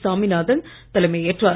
சாமிநாதன் தலைமை ஏற்றார்